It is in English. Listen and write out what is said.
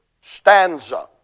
stanza